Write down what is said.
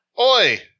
Oi